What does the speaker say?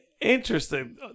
Interesting